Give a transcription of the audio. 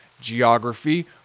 geography